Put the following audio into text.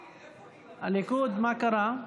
הליכוד, מה קרה?